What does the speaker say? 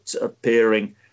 appearing